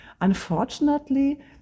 Unfortunately